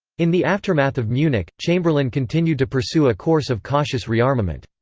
in the aftermath of munich, chamberlain continued to pursue a course of cautious rearmament.